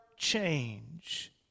Change